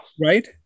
Right